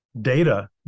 data